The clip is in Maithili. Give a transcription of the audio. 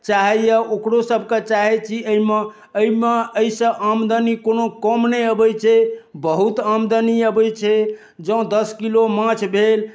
चाहैत यए ओकरोसभकेँ चाहैत छी एहिमे एहिमे एहिसँ आमदनी कोनो कम नहि अबैत छै बहुत आमदनी अबैत छै जँ दस किलो माछ भेल